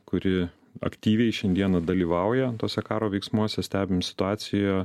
kuri aktyviai šiandieną dalyvauja tuose karo veiksmuose stebim situaciją